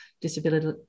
disability